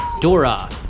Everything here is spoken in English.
Dora